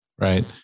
Right